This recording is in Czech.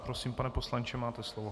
Prosím, pane poslanče, máte slovo.